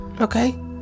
okay